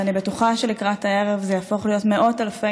ואני בטוחה שלקראת הערב זה יהפוך להיות מאות אלפי